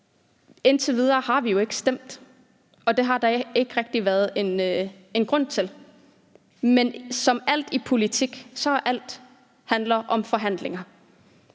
indtil videre har vi jo ikke stemt; det har der ikke været en grund til. Men som alt andet i politik handler det om forhandlinger,